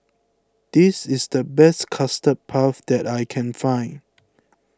this is the best Custard Puff that I can find